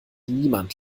niemand